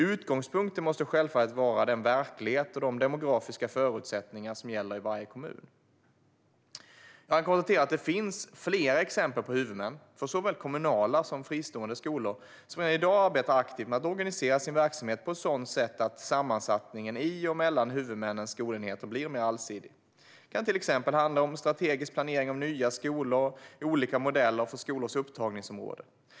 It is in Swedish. Utgångspunkten måste självfallet vara den verklighet och de demografiska förutsättningar som gäller i varje kommun. Jag kan konstatera att det finns flera exempel på huvudmän, för såväl kommunala som fristående skolor, som redan i dag arbetar aktivt med att organisera sin verksamhet på ett sådant sätt att sammansättningen i och mellan huvudmannens skolenheter ska bli mer allsidig. Det kan till exempel handla om strategisk planering av nya skolor och olika modeller för skolors upptagningsområden.